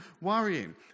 worrying